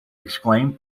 exclaimed